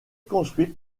construite